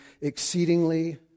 exceedingly